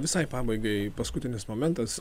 visai pabaigai paskutinis momentas